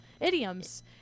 Idioms